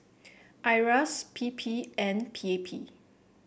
Iras P P and P A P